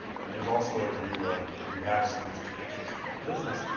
and there's also a view of if you have someone who's cancerous to your business,